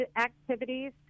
activities